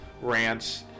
rants